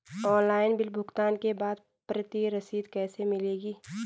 Online bill भुगतान के बाद प्रति रसीद कैसे मिलेगी?